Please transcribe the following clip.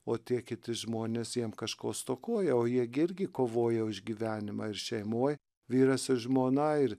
o tie kiti žmonės jiem kažko stokoja o jie gi irgi kovoja už gyvenimą ir šeimoj vyras ir žmona ir